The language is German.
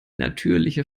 natürliche